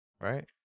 right